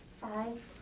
five